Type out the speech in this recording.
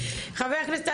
שמצטרף.